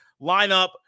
lineup